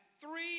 three